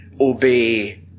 obey